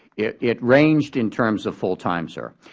it it ranged in terms of full time, sir.